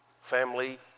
family